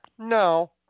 No